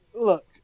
look